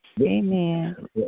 Amen